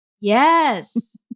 yes